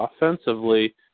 offensively